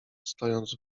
stojąc